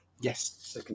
Yes